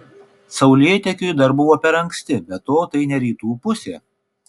saulėtekiui dar buvo per anksti be to tai ne rytų pusė